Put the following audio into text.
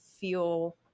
feel